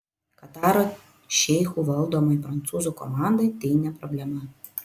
kataro šeichų valdomai prancūzų komandai tai ne problema